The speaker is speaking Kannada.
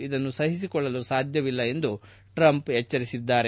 ಇದನ್ನು ಸಹಿಸಿಕೊಳ್ಳಲು ಸಾಧ್ಯವಿಲ್ಲ ಎಂದು ಟ್ರಂಪ್ ತಿಳಿಸಿದರು